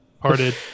parted